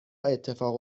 اتفاق